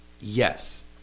Yes